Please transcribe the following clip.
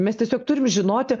mes tiesiog turim žinoti